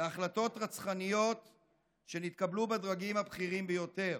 והחלטות רצחניות שנתקבלו בדרגים הבכירים ביותר.